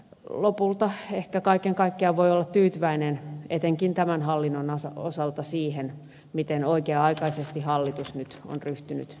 lopulta ehkä kaiken kaikkiaan voi olla tyytyväinen etenkin tämän hallinnonalan osalta siihen miten oikea aikaisesti hallitus on nyt ryhtynyt elvyttäviin toimiin